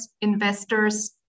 investors